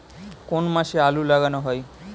কোন মাসে আলু লাগানো হয়?